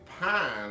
pine